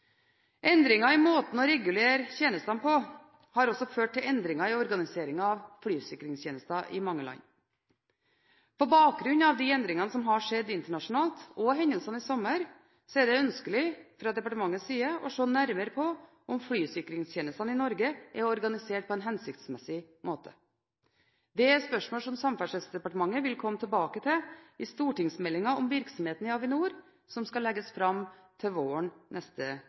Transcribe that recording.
i måten å regulere tjenestene på har også ført til endringer i organiseringen av flysikringstjenestene i mange land. På bakgrunn av de endringene som har skjedd internasjonalt og hendelsene i sommer, er det ønskelig fra departementets side å se nærmere på om flysikringstjenestene i Norge er organisert på en hensiktsmessig måte. Det er spørsmål som Samferdselsdepartementet vil komme tilbake til i stortingsmeldingen om virksomheten i Avinor som skal legges fram til våren.